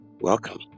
Welcome